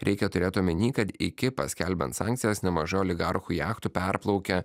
reikia turėt omeny kad iki paskelbiant sankcijas nemažai oligarchų jachtų perplaukė